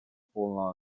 полного